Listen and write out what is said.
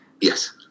Yes